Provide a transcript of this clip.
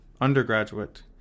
undergraduate